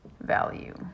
value